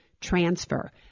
transfer